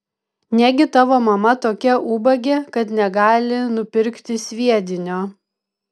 negi tavo mama tokia ubagė kad negali nupirkti sviedinio